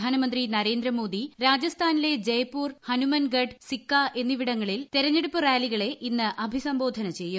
പ്രധാനമന്ത്രി നരേന്ദ്രമോദി രാജസ്ഥാനിലെ ജയ്പൂർ ഹനുമൻഗഡ് സിക്കാ എന്നിവിടങ്ങളിൽ തെരഞ്ഞെടുപ്പ് റാലികളെ ഇന്ന് അഭിസംബ്ലോൾന്റ ചെയ്യും